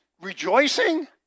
rejoicing